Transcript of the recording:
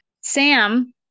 Sam